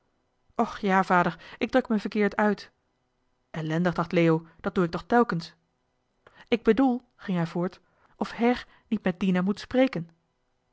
och ja vader ik druk me verkeerd uit ellendig dacht leo dat doe ik toch telkens ik bedoel ging hij voort of her niet met dina moet spreken